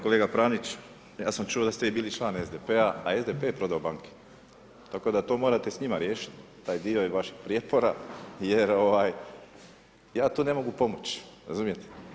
Kolega Pranić, ja sam čuo da ste vi bili član SDP-a, a SDP je prodao banke, tako da to morate s njima riješiti taj dio vaših prijepora jer ja tu ne mogu pomoći, razumijete.